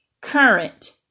current